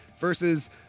versus